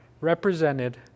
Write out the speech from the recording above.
represented